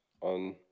on